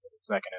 second